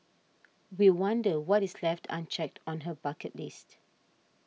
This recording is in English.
we wonder what is left unchecked on her bucket list